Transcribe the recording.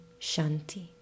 Shanti